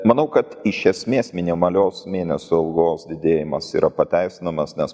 manau kad iš esmės minimalios mėnesio algos didėjimas yra pateisinamas nes